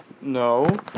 No